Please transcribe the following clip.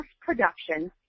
production